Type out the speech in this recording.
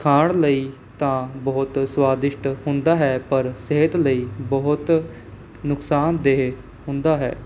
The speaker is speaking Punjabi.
ਖਾਣ ਲਈ ਤਾਂ ਬਹੁਤ ਸਵਾਦਿਸ਼ਟ ਹੁੰਦਾ ਹੈ ਪਰ ਸਿਹਤ ਲਈ ਬਹੁਤ ਨੁਕਸਾਨਦੇਹ ਹੁੰਦਾ ਹੈ